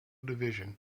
division